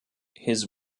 his